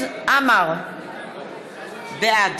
בעד